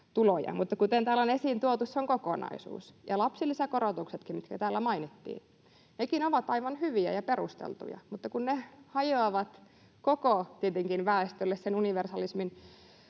Mutta kuten täällä on esiin tuotu, se on kokonaisuus. Ja lapsilisäkorotuksetkin, mitkä täällä mainittiin, ovat aivan hyviä ja perusteltuja, mutta kun ne hajoavat tietenkin koko väestölle sen universalismin